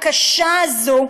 הקשה הזאת,